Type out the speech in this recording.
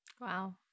Wow